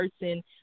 person